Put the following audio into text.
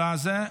עליזה,